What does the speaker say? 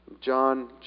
John